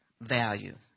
value